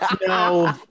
No